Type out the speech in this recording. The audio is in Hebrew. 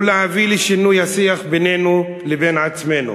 הוא להביא לשינוי השיח בינינו לבין עצמנו,